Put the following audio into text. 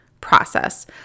process